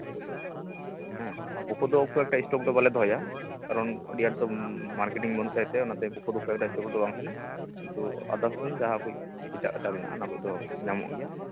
ᱦᱮᱸ ᱯᱚᱠᱳ ᱫᱚ ᱚᱠᱚᱭᱟᱜ ᱴᱟᱭᱤᱯ ᱦᱚᱸ ᱛᱤᱥ ᱦᱚᱸ ᱵᱟᱞᱮ ᱫᱚᱦᱚᱭᱟ ᱠᱟᱨᱚᱱ ᱟ ᱰᱤ ᱟᱸᱴ ᱫᱚ ᱢᱟᱨᱠᱮᱴᱤᱝ ᱵᱟᱹᱱᱩᱜ ᱛᱟᱭᱛᱮ ᱚᱱᱟᱛᱮ ᱯᱚᱠᱳ ᱫᱚ ᱠᱳᱭᱮᱠᱴᱟ ᱯᱷᱳᱱ ᱨᱮᱫᱚ ᱵᱟᱝ ᱠᱟᱱᱟ ᱠᱤᱱᱛᱩ ᱟᱫᱟᱨᱥ ᱯᱷᱳᱱ ᱡᱟᱦᱟᱸᱠᱚ ᱮᱴᱟᱜ ᱮᱴᱟᱜ ᱢᱮᱱᱟᱜᱼᱟ ᱚᱱᱟᱠᱚ ᱫᱚ ᱧᱟᱢᱚᱜ ᱜᱮᱭᱟ